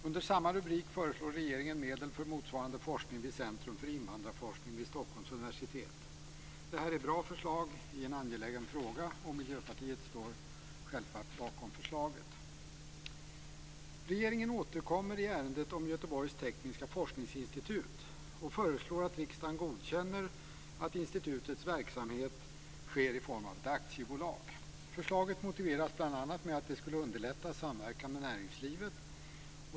Under samma rubrik föreslår regeringen medel för motsvarande forskning vid Centrum för invandrarforskning vid Stockholms universitet. Detta är ett bra förslag i en angelägen fråga, och Miljöpartiet står självfallet bakom förslaget. Regeringen återkommer i ärendet om Göteborgs tekniska forskningsinstitut och föreslår att riksdagen godkänner att institutets verksamhet sker i form av ett aktiebolag. Förslaget motiveras bl.a. av att det skulle underlätta samverkan med näringslivet.